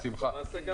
בשמחה.